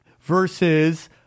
versus